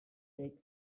takes